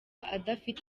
adafite